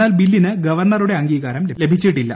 എന്നാൽ ബില്ലിന് ഗവർണറുടെ അംഗീകാരം ലഭിച്ചിട്ടില്ല